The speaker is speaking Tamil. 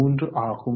3 ஆகும்